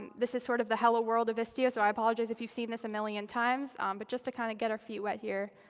and this is sort of the hello world of istio, so i apologize if you've seen this a million times. um but just to kind of get our feet wet here,